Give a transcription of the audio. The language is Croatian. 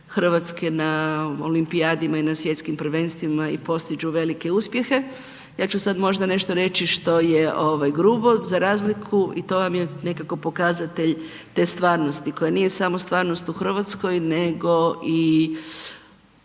RH na olimpijadima i na svjetskim prvenstvima i postižu velike uspjehe. Ja ću sad možda nešto reći što je grubo za razliku i to vam je nekako pokazatelj te stvarnosti koja nije samo stvarnost u RH, nego i,